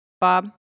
Bob